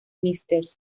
mrs